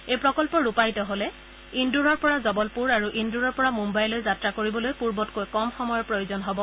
এই প্ৰকল্প ৰূপায়িত হলে ইন্দোৰৰ পৰা জবলপূৰ আৰু ইন্দোৰৰ পৰা মুম্বাইলৈ যাত্ৰা কৰিবলৈ পূৰ্বতকৈ কম সময়ৰ প্ৰয়োজন হব